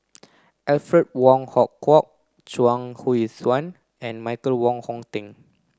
Alfred Wong Hong Kwok Chuang Hui Tsuan and Michael Wong Hong Teng